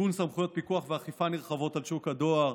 עיגון סמכויות פיקוח ואכיפה נרחבות על שוק הדואר,